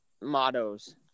mottos